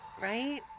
right